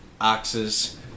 axes